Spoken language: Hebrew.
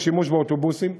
בשימוש באוטובוסים.